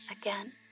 again